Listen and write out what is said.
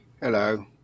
Hello